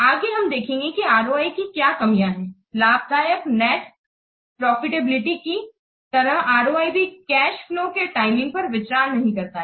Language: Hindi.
आगे हम देखते हैं कि ROI की क्या कमियाँ है लाभदायक नेट प्रॉफिटेबिलिटी की तरह ROI भी कैश फ्लोज के टाइमिंग पर विचार नहीं करता है